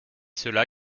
cela